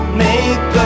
make